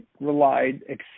relied